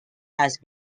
has